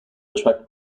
attract